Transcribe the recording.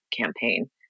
campaign